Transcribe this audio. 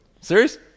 serious